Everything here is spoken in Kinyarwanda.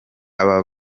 aba